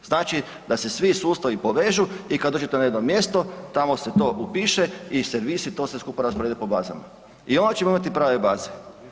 Znači da se sustavi povežu i kada dođete to na jedno mjesto tamo se to upiše i servis i to sve skupa raspoređuje po bazama i onda ćemo imati prave baze.